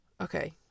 Okay